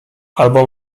albo